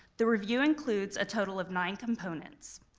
the review includes a total of nine components.